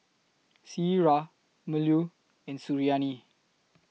Syirah Melur and Suriani